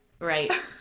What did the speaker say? right